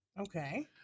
Okay